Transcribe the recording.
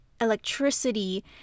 electricity